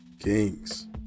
Kings